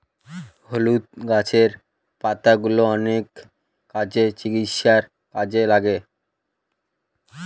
হলুদ গাছের পাতাগুলো অনেক কাজে, চিকিৎসার কাজে লাগে